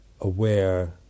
aware